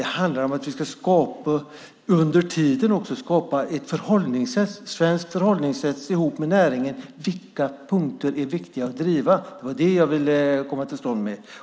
Det handlar om att vi också under tiden ska skapa ett svenskt förhållningssätt ihop med näringen om vilka punkter som är viktiga att driva. Det var det jag ville komma fram med.